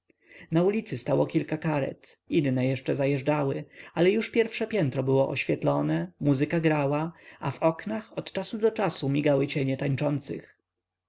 na ulicy stało kilka karet inne jeszcze zajeżdżały ale już pierwsze piętro było oświetlone muzyka grała a w oknach od czasu do czasu migały cienie tańczących